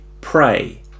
pray